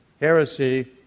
Heresy